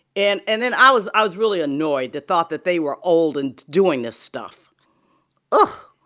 and and then, i was i was really annoyed. the thought that they were old and doing this stuff oh,